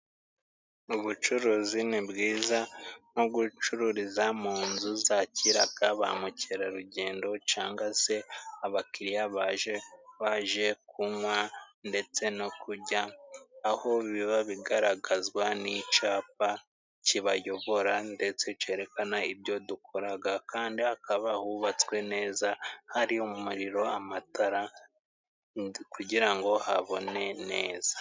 Ubucuruzi ni bwiza, nko gucururiza mu nzu zakiraga ba mukerarugendo canga se abakiriya baje baje kunywa ndetse no kujya, aho biba bigaragazwa n'icapa kibayobora ndetse cerekana ibyo dukoraga. Kandi hakaba hubatswe neza hari umuriro amatara kugira ngo habone neza.